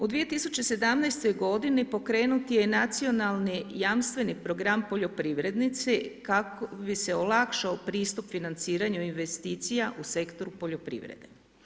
U 2017. godini pokrenut je i Nacionalni jamstveni program poljoprivrednici kako bi se olakšao pristup financiranju investicija u sektoru poljoprivrede.